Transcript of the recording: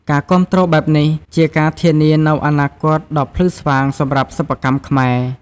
ការគាំទ្របែបនេះ ជាការធានានូវអនាគតដ៏ភ្លឺស្វាងសម្រាប់សិប្បកម្មខ្មែរ។